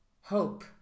hope